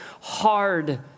hard